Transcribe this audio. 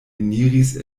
eniris